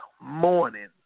morning